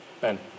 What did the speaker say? Ben